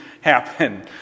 happen